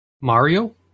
mario